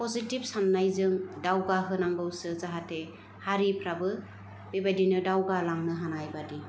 फजिथिभ साननाय जों दावगा होनांगौसो जाहाथे हारिफ्राबो बिबादिनो दावगालांनो हानाय बादि